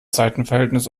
seitenverhältnis